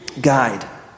Guide